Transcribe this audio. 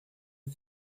por